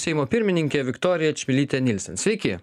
seimo pirmininkė viktorija čmilytė nielsen sveiki